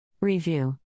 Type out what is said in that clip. Review